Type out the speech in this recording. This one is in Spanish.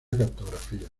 cartografía